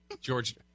George